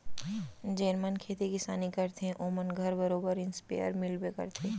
जेन मन खेती किसानी करथे ओ मन घर बरोबर इस्पेयर मिलबे करथे